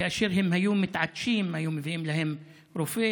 כאשר הם היו מתעטשים היו מביאים להם רופא,